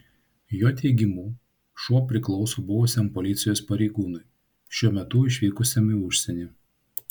jo teigimu šuo priklauso buvusiam policijos pareigūnui šiuo metu išvykusiam į užsienį